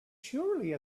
surely